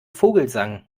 vogelsang